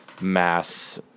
mass